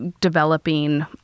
developing